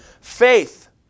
faith